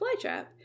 flytrap